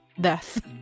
death